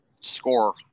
score